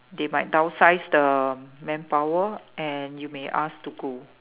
they might downsize the manpower and you may asked to go